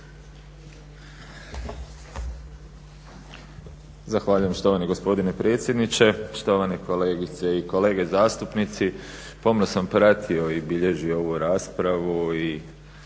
Zahvaljujem štovani gospodine predsjedniče. Štovane kolegice i kolege zastupnici. Pomno sam pratio i bilježio ovu raspravu